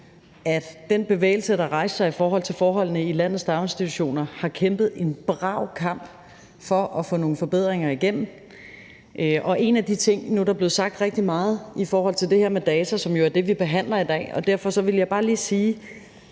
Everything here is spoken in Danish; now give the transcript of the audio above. den bevægelse, der rejste sig i forhold til forholdene i landets daginstitutioner, har kæmpet en brav kamp for at få nogle forbedringer igennem. Nu er der blevet sagt rigtig meget i forhold til det her med data, som jo er det, vi behandler i dag, og derfor vil jeg bare lige sige,